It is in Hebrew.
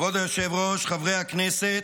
כבוד היושב-ראש, חברי הכנסת,